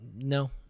no